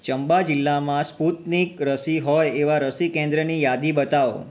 ચંબા જિલ્લામાં સ્પુતનિક રસી હોય એવાં રસી કેન્દ્રની યાદી બતાવો